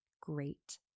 great